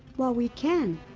while we can.